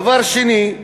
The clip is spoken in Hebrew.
דבר שני,